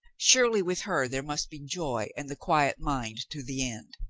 surely with her there must be joy and the quiet mind to the end.